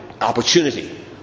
opportunity